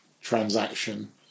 transaction